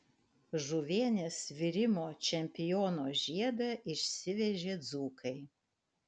žuvienės virimo čempiono žiedą išsivežė dzūkai